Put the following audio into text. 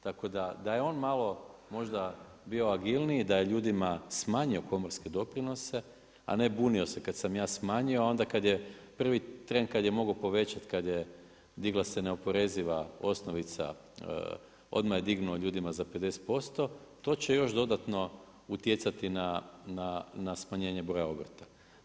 Tako da, da je on malo, možda bio agilniji, da je ljudima smanjio komorske doprinose, a ne bunio se kad sam ja smanjio, a onda kad je, prvi tren kad je mogao povećati, kad je digla se neoporeziva osnovica, odmah je digao ljudima za 50%, to će još dodatno utjecati na smanjenje broja obrta.